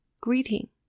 greeting